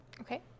Okay